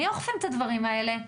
מי אוכף את הדברים האלה?